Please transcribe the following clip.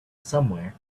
somewhere